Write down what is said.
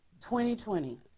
2020